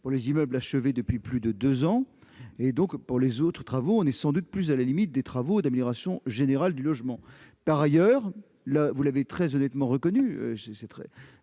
pour les immeubles achevés depuis plus de deux ans. Mais, pour ces autres travaux, on est sans doute à la limite des travaux d'amélioration générale du logement. Par ailleurs, M. Savoldelli l'a très honnêtement reconnu, le taux